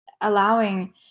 Allowing